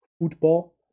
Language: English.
football